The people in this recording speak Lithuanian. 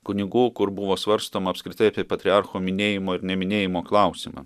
kunigų kur buvo svarstoma apskritai apie patriarcho minėjimo ir neminėjimo klausimą